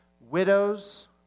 widows